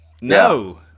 No